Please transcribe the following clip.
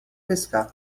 pescar